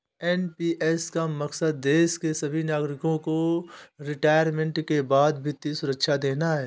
NPS का मकसद देश के सभी नागरिकों को रिटायरमेंट के बाद वित्तीय सुरक्षा देना है